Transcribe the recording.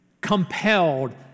Compelled